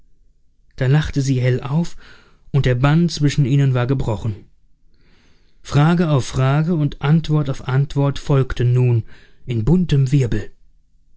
da lachte sie hell auf und der bann zwischen ihnen war gebrochen frage auf frage und antwort auf antwort folgten nun in buntem wirbel